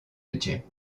elche